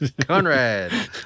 Conrad